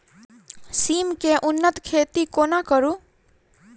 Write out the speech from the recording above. सिम केँ उन्नत खेती कोना करू?